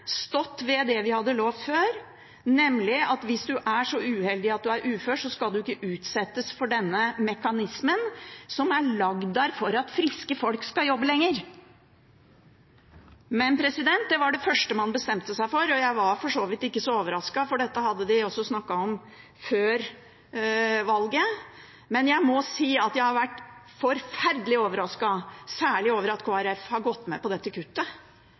stått ved det vi hadde lovet før, nemlig at hvis man er så uheldig at man er ufør, skal man ikke utsettes for denne mekanismen, som er lagt der for at friske folk skal jobbe lenger. Men det var det første man bestemte seg for, og jeg var for så vidt ikke så overrasket, for dette hadde de også snakket om før valget. Men jeg må si at jeg har vært forferdelig overrasket, særlig over at Kristelig Folkeparti har gått med på dette kuttet,